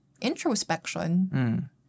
introspection